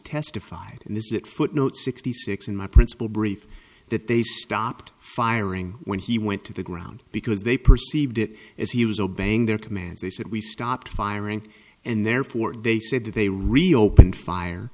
testified and this is it footnote sixty six in my principal brief that they stopped firing when he went to the ground because they perceived it as he was obeying their commands they said we stopped firing and therefore they said they reopened fire